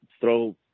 throw –